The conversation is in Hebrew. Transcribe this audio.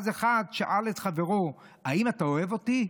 ואז אחד שאל את חברו: האם אתה אוהב אותי?